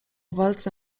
walce